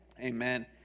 amen